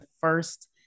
first